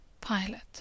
pilot